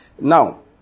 Now